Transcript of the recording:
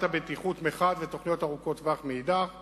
הבטיחות מחד גיסא ותוכניות ארוכות טווח מאידך גיסא,